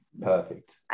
Perfect